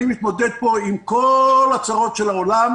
אני מתמודד פה עם כל הצרות של העולם.